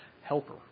helper